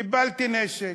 קיבלתי נשק,